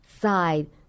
side